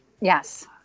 Yes